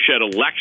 election